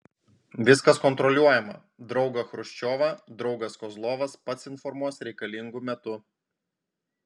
viskas kontroliuojama draugą chruščiovą draugas kozlovas pats informuos reikalingu metu